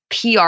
PR